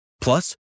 Plus